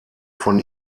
von